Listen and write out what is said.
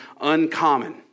uncommon